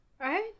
Right